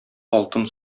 алтын